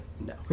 No